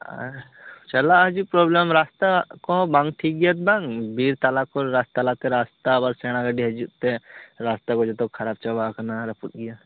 ᱟᱨ ᱪᱟᱞᱟᱜ ᱦᱤᱡᱩᱜ ᱯᱨᱚᱵᱽᱞᱮᱢ ᱨᱟᱥᱛᱟ ᱠᱚᱦᱚᱸ ᱵᱟᱝ ᱴᱷᱤᱠ ᱜᱮᱭᱟ ᱵᱟᱝ ᱵᱤᱨ ᱛᱟᱞᱟ ᱠᱚᱨᱮ ᱨᱟᱥᱛᱟ ᱛᱟᱞᱟ ᱠᱚᱛᱮ ᱨᱟᱥᱛᱟ ᱟᱵᱟᱨ ᱥᱮᱬᱟ ᱜᱟ ᱰᱤ ᱦᱤᱡᱩᱜᱛᱮ ᱨᱟᱥᱛᱟ ᱠᱚ ᱡᱚᱛᱚ ᱠᱷᱟᱨᱟᱯ ᱪᱟᱵᱟ ᱟᱠᱟᱱᱟ ᱨᱟᱹᱯᱩᱫ ᱜᱮᱭᱟ